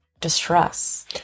distress